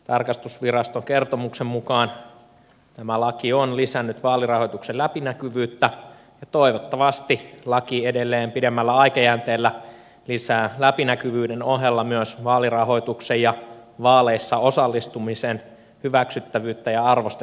tarkastusviraston kertomuksen mukaan tämä laki on lisännyt vaalirahoituksen läpinäkyvyyttä ja toivottavasti laki edelleen pidemmällä aikajänteellä lisää läpinäkyvyyden ohella myös vaalirahoituksen ja vaaleihin osallistumisen hyväksyttävyyttä ja arvostettavuutta